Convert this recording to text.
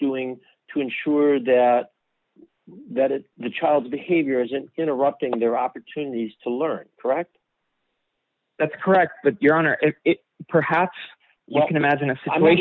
doing to ensure that that is the child's behavior isn't interrupting their opportunities to learn correct that's correct but your honor it perhaps you can imagine a s